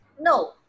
No